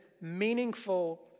meaningful